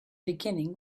beginning